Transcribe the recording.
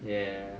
ya